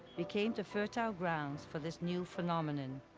became the fertile grounds for this new phenomenon.